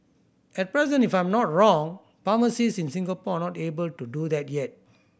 at present if I am not wrong pharmacist in Singapore are not able to do that yet